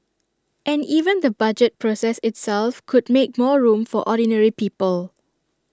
and even the budget process itself could make more room for ordinary people